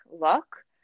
look